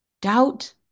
Doubt